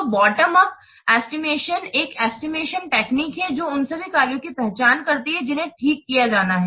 तो bottom up estimation एक estimation technique है जो उन सभी कार्यों की पहचान करती है जिन्हें ठीक किया जाना है